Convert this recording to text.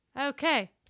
Okay